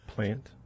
Plant